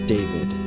David